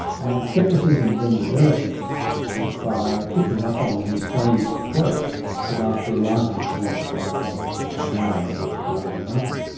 and scepticism then develops by picking up on his famous quote that after a life of philosophising i now know that i know nothing.